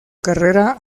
carrera